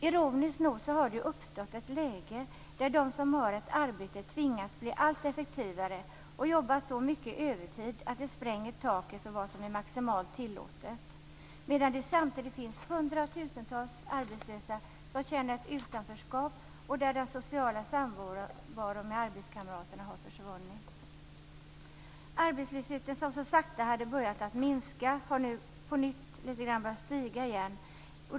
Ironiskt nog har det uppstått ett läge där de som har ett arbete tvingas bli allt effektivare och jobba så mycket övertid att det spränger taket för vad som är maximalt tillåtet. Samtidigt finns det hundratusentals arbetslösa som känner ett utanförskap genom att den sociala samvaron med arbetskamraterna har försvunnit. Arbetslösheten, som så sakta hade börjat att minska, har nu på nytt börja stiga lite grann igen.